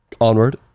onward